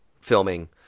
filming